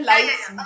Light's